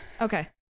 okay